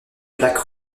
plaque